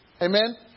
Amen